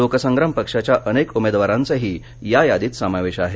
लोकसंग्रामच्याही अनेक उमेदवारांचाही या यादीत समावेश आहे